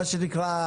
מה שנקרא,